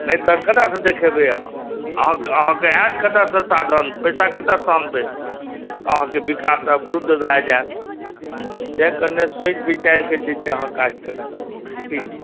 नहि तऽ कतऽ सऽ देखेबै अहाँ अहाँके आयत कतऽ सॅं साधन पैसा कतऽ सॅं आनबै तऽ अहाँके विकास अवरुद्ध भय जायत जे कनि सोचि विचार कऽ अहाँ काज करु ठीक